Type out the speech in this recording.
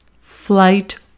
flight